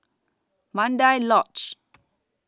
Mandai Lodge